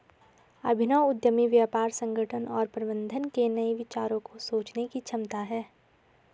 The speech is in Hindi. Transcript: अभिनव उद्यमी व्यापार संगठन और प्रबंधन के नए विचारों को सोचने की क्षमता है